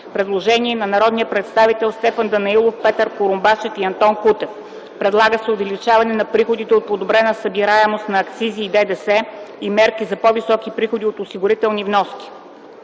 Предложение на народните представители Стефан Данаилов, Петър Курумбашев и Антон Кутев: „Предлага се увеличаване приходите от подобрена събираемост на акцизи и ДДС и мерки за по-високи приходи от осигурителни вноски.